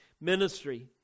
ministry